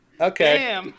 Okay